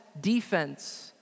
defense